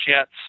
jets